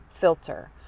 filter